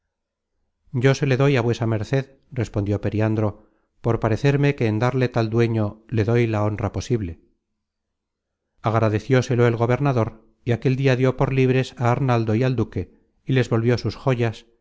yo se le doy á vuesa merced respondió periandro por parecerme que en darle tal dueño le doy la honra posible agradecióselo el gobernador y aquel dia dió por libres á arnaldo y al duque y les volvió sus joyas